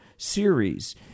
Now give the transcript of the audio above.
series